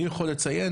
אני יכול לציין,